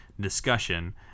discussion